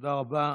תודה רבה.